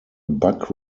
buck